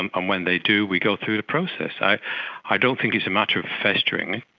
and um when they do we go through the process. i i don't think it's a matter of festering.